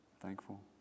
Thankful